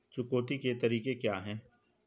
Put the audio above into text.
चुकौती के तरीके क्या हैं?